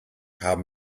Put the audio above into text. haben